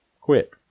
quit